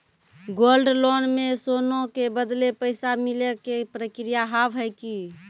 Gold loan मे सोना के बदले पैसा मिले के प्रक्रिया हाव है की?